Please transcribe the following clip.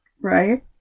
right